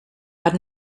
but